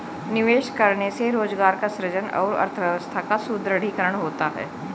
निवेश करने से रोजगार का सृजन और अर्थव्यवस्था का सुदृढ़ीकरण होता है